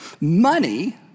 money